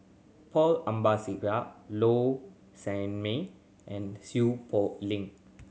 Paul Abisheganaden Low Sanmay and Seow Poh Leng